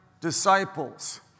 disciples